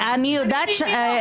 אני מימינו.